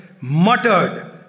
muttered